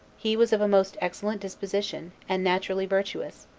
he was of a most excellent disposition, and naturally virtuous,